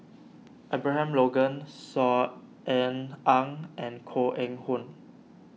Abraham Logan Saw Ean Ang and Koh Eng Hoon